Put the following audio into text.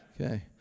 Okay